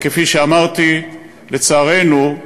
כפי שאמרתי, לצערנו,